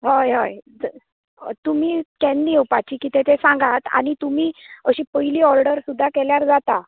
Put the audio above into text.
होय होय तुमी केन्ना येवपाची कितें तें सांगात आनी तुमी अशी पयलीं ऑर्डर सुद्दां केल्यार जाता